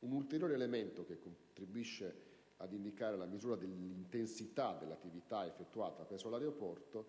Un ulteriore elemento che contribuisce ad indicare la misura dell'intensità dell'attività complessivamente effettuata presso tale aeroporto